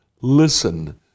listen